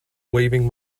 waving